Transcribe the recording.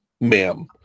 ma'am